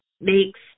makes